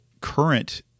current